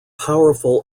powerful